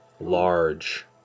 large